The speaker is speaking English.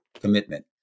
commitment